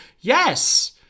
yes